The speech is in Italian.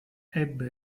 ebbe